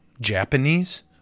Japanese